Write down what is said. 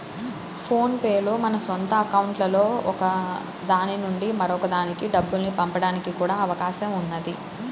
phone pay లో మన సొంత అకౌంట్లలో ఒక దాని నుంచి మరొక దానికి డబ్బుల్ని పంపడానికి కూడా అవకాశం ఉన్నది